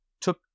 took